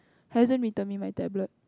hasn't return me my tablet